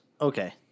Okay